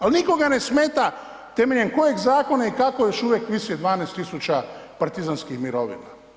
Ali nikoga ne smeta temeljem kojeg zakona i kako još uvijek visi 12 tisuća partizanskih mirovina.